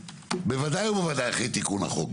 בוודאי ובוודאי אחרי תיקון החוק.